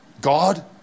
God